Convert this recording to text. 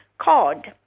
cod